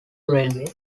railway